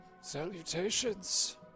Salutations